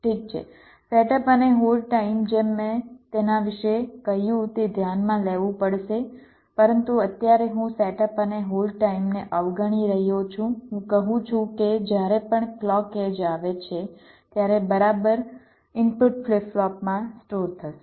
ઠીક છે સેટઅપ અને હોલ્ડ ટાઇમ જેમ મેં તેના વિશે કહ્યું તે ધ્યાનમાં લેવું પડશે પરંતુ અત્યારે હું સેટઅપ અને હોલ્ડ ટાઇમને અવગણી રહ્યો છું હું કહું છું કે જ્યારે પણ ક્લૉક એડ્જ આવે છે ત્યારે બરાબર ઇનપુટ ફ્લિપ ફ્લોપમાં સ્ટોર થશે